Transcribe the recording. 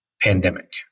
pandemic